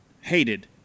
hated